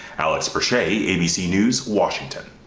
alex for shay abc news, washington.